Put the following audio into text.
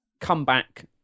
comeback